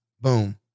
boom